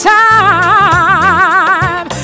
time